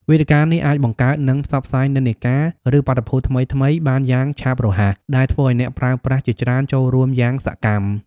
វេទិកានេះអាចបង្កើត និងផ្សព្វផ្សាយនិន្នាការ ឬបាតុភូតថ្មីៗបានយ៉ាងឆាប់រហ័ស ដែលធ្វើឱ្យអ្នកប្រើប្រាស់ជាច្រើនចូលរួមយ៉ាងសកម្ម។